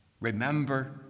Remember